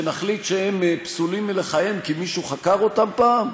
שנחליט שהם פסולים מלכהן כי מישהו חקר אותם פעם?